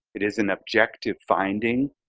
it is an objective finding.